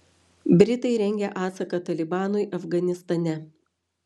britai rengia atsaką talibanui afganistane